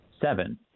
Seven